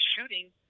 shooting